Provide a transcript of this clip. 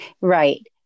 Right